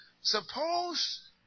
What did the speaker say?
suppose